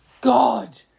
god